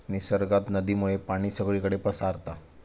निसर्गात नदीमुळे पाणी सगळीकडे पसारता